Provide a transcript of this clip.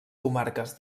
comarques